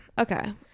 Okay